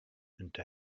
into